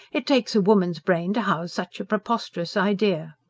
it takes a woman's brain to house such a preposterous idea.